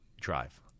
drive